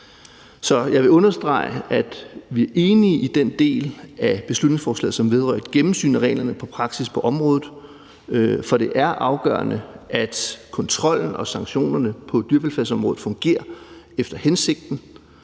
Så jeg vil understrege, at vi er enige i den del af beslutningsforslaget, som vedrører et gennemsyn af reglerne for praksis på området. For det er afgørende, at kontrollen og sanktionerne på dyrevelfærdsområdet fungerer efter hensigten.